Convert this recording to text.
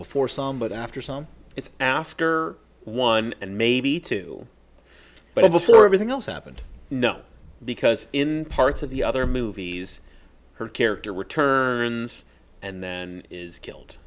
well for some but after some it's after one and maybe two but before everything else happened no because in parts of the other movies her character returns and then is killed